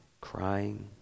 crying